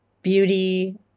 beauty